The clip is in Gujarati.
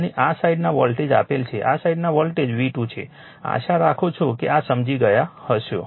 અને આ સાઇડના વોલ્ટેજ આપેલ છે આ સાઇડના વોલ્ટેજ V2 છે આશા રાખું છું કે આ સમજી ગયા હશો